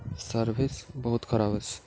service ବହୁତ୍ ଖରାପ୍ ଅଛେ